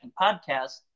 Podcast